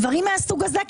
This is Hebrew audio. דברים מהסוג הזה,